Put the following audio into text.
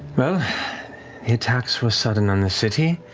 well, the attacks were sudden on the city,